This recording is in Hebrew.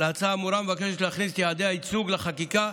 המבקשת להכניס את יעדי הייצוג לחקיקה,